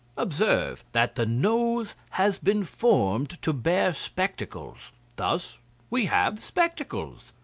observe, that the nose has been formed to bear spectacles thus we have spectacles.